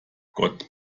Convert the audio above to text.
gott